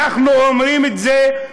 אנחנו אומרים את זה,